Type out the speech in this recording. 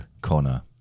Connor